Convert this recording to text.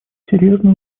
серьезный